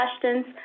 questions